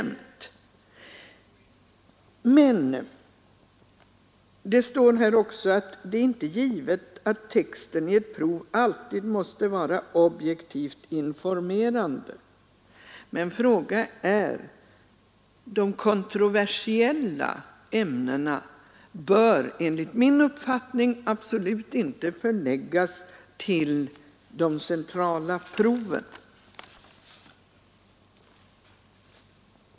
Men det står också i svaret att det inte är givet att texten i ett prov alltid måste vara objektivt informerande. Men de kontroversiella ämnena bör enligt min uppfattning absolut inte förläggas till de centrala proven.